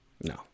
no